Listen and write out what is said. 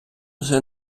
вже